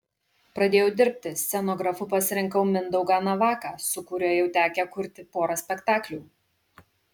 pradėjau dirbti scenografu pasirinkau mindaugą navaką su kuriuo jau tekę kurti porą spektaklių